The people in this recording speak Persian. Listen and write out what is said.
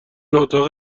اتاق